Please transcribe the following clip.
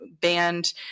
banned